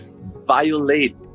violate